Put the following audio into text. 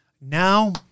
Now